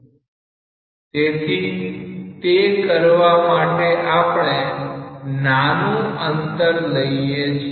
તેથી તે કરવા માટે આપણે નાનું અંતર લઈએ છીએ